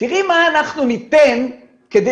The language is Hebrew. מה אנחנו ניתן כדי